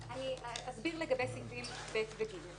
אסביר לגבי סעיפים (ב) ו-(ג).